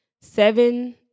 Seven